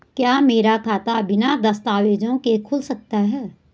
क्या मेरा खाता बिना दस्तावेज़ों के खुल सकता है?